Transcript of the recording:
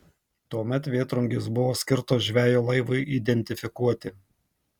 tuomet vėtrungės buvo skirtos žvejo laivui identifikuoti